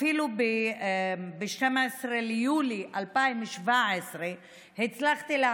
אפילו ב-12 ביולי 2017 הצלחתי אז